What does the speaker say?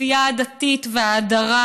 הכפייה הדתית וההדרה,